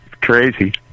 Crazy